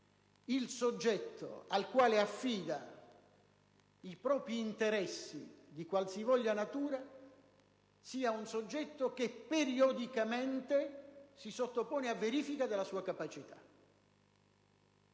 quel soggetto al quale affida i propri interessi, di qualsivoglia natura, si sottopone periodicamente a verifica della sua capacità.